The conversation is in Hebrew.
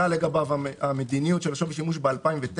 לגביו המדיניות של שווי שימוש ב-2009,